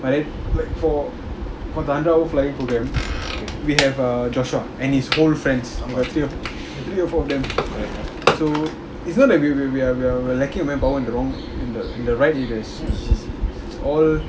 but then like for for the flying program we have err joshua and his whole friends the three of the three or four of them so it's not that we're we're we're lacking of manpower in the wrong in the in the right events it's all